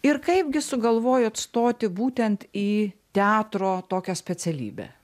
ir kaipgi sugalvojot stoti būtent į teatro tokią specialybę